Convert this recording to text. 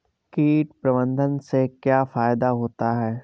कीट प्रबंधन से क्या फायदा होता है?